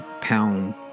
pound